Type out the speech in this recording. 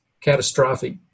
catastrophic